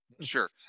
Sure